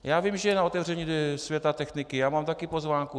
Já vím, že je na otevření Světa techniky, já mám také pozvánku.